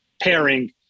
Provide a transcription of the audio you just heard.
pairing